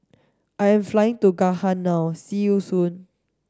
I'm flying to Ghana now see you soon